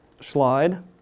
slide